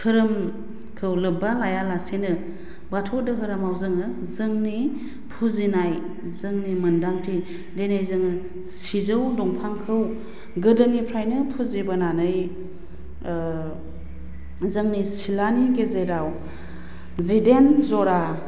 दोहोरोमखौ लोब्बा लाया लासेनो बाथौ दोहोरोमाव जोङो जोंनि फुजिनाय जोंनि मोन्दांथि जेरै जोङो सिजौ दंफांखौ गोदोनिफ्रायनो फुजिबोनानै जोंनि सिलानि गेजेराव जिदाइन ज'रा